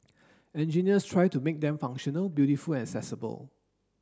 engineers tried to make them functional beautiful and accessible